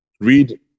Read